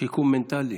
שיקום מנטלי.